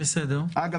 אגב,